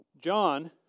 John